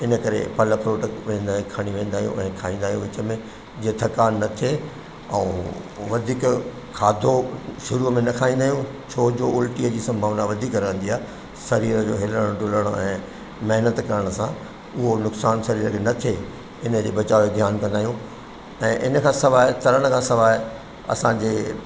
इन करे फल फ्रूट खणी वेंदा आहियूं ऐं खाईंदा आहियूं विच में जीअं थकान न थिए ऐं वधीक खाधो शुरूअ में न खाईंदा आहियूं छोजो उलटीअ जी संभावना वधीक रहंदी आहे शरीर जो हिलणु ॾुलणु ऐं महिनत करण सां उओ नुकसान शरीर खे न थे इन खे बचाइणु ध्यानु कंदा आहियूं ऐं इन खां सवाइ तैरण खां सवाइ असांजे